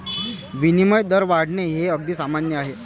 विनिमय दर वाढणे हे अगदी सामान्य आहे